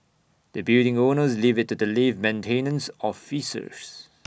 the building owners leave IT to the lift maintenance officers